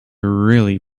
really